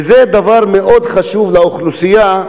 וזה דבר מאוד חשוב לאוכלוסייה.